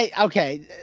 Okay